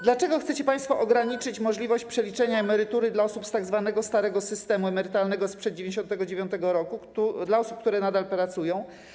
Dlaczego chcecie państwo ograniczyć możliwość przeliczenia emerytury dla osób z tzw. starego systemu emerytalnego sprzed 1999 r., dla osób, które nadal pracują?